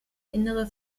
innere